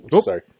sorry